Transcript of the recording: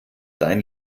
dein